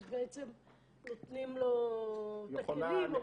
אז בעצם נותנים לו את הכלים?